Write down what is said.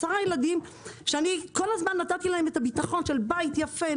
10 ילדים וכל הזמן נתתי להם את הביטחון של בית יפה,